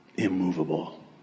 immovable